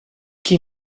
qui